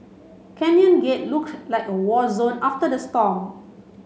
Canyon Gate looked like a war zone after the storm